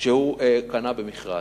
שהוא קנה במכרז.